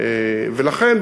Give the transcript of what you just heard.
ולכן,